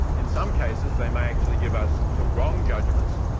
in some cases they may actually give us the wrong judgments,